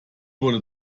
wurde